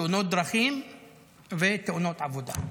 תאונות דרכים ותאונות עבודה.